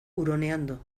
huroneando